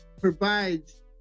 provides